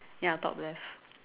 ya top left